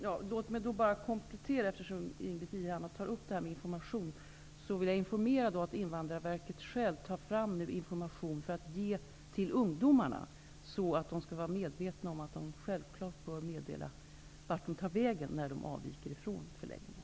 Herr talman! Eftersom Ingbritt Irhammar tar upp detta med information, vill jag bara komplettera med att säga att Invandrarverket nu tar fram information för att ge till ungdomarna, så att de blir medvetna om att de självklart bör meddela vart de tar vägen när de avviker från förläggningarna.